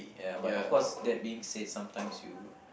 ya but of course that being said sometimes you